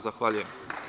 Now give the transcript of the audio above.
Zahvaljujem.